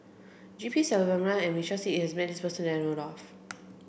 G P Selvam and Michael Seet has met this person that I know of